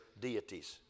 deities